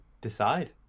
decide